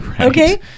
Okay